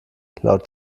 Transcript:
laut